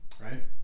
right